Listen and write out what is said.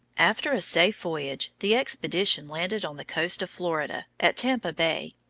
after a safe voyage, the expedition landed on the coast of florida, at tampa bay.